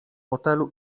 fotelu